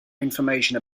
information